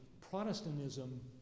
Protestantism